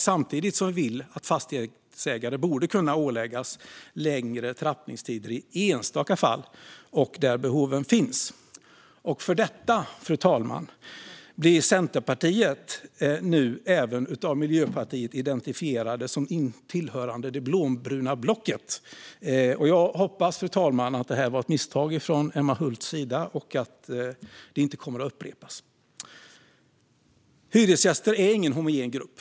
Samtidigt anser vi att fastighetsägare borde kunna åläggas längre trappningstider i enstaka fall och där behov finns. För detta, fru talman, blir Centerpartiet nu av Miljöpartiet identifierat som tillhörande det blåbruna blocket. Jag hoppas, fru talman, att detta var ett misstag från Emma Hults sida och att det inte kommer att upprepas. Hyresgäster är ingen homogen grupp.